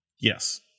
Yes